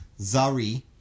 zari